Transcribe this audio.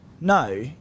no